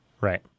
right